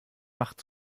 macht